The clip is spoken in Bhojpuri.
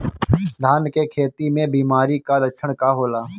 धान के खेती में बिमारी का लक्षण का होला?